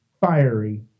fiery